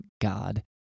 God